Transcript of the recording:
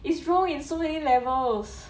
is wrong in so many levels